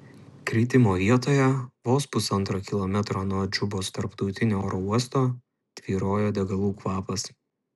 kritimo vietoje vos pusantro kilometro nuo džubos tarptautinio oro uosto tvyrojo degalų kvapas